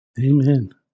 Amen